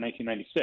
1996